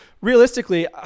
realistically